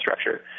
structure